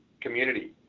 community